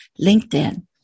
LinkedIn